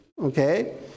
Okay